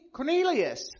Cornelius